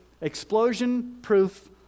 explosion-proof